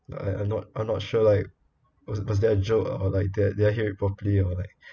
I I not I not sure like was was that a joke or like did I hear it properly or like